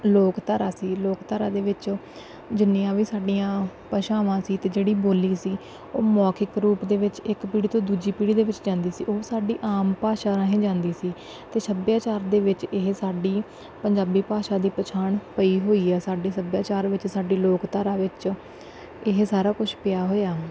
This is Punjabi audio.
ਲੋਕਧਾਰਾ ਸੀ ਲੋਕਧਾਰਾ ਦੇ ਵਿੱਚ ਜਿੰਨੀਆਂ ਵੀ ਸਾਡੀਆਂ ਭਾਸ਼ਾਵਾਂ ਸੀ ਅਤੇ ਜਿਹੜੀ ਬੋਲੀ ਸੀ ਉਹ ਮੌਖਿਕ ਰੂਪ ਦੇ ਵਿੱਚ ਇੱਕ ਪੀੜ੍ਹੀ ਤੋਂ ਦੂਜੀ ਪੀੜ੍ਹੀ ਦੇ ਵਿੱਚ ਜਾਂਦੀ ਸੀ ਉਹ ਸਾਡੀ ਆਮ ਭਾਸ਼ਾ ਰਾਹੀਂ ਜਾਂਦੀ ਸੀ ਅਤੇ ਸੱਭਿਆਚਾਰ ਦੇ ਵਿੱਚ ਇਹ ਸਾਡੀ ਪੰਜਾਬੀ ਭਾਸ਼ਾ ਦੀ ਪਛਾਣ ਪਈ ਹੋਈ ਆ ਸਾਡੇ ਸੱਭਿਆਚਾਰ ਵਿੱਚ ਸਾਡੇ ਲੋਕਧਾਰਾ ਵਿੱਚ ਇਹ ਸਾਰਾ ਕੁਛ ਪਿਆ ਹੋਇਆ